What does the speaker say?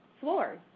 floors